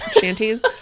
shanties